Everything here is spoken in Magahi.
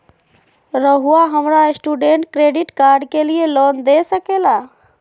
रहुआ हमरा स्टूडेंट क्रेडिट कार्ड के लिए लोन दे सके ला?